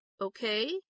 Okay